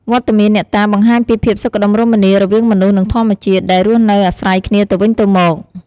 វត្តមានអ្នកតាបង្ហាញពីភាពសុខដុមរមនា រវាងមនុស្សនិងធម្មជាតិ ដែលរស់នៅអាស្រ័យគ្នាទៅវិញទៅមក។